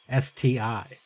STI